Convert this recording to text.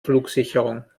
flugsicherung